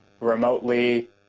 remotely